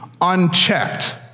unchecked